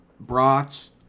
brats